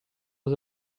was